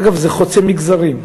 אגב, זה חוצה מגזרים.